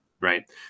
Right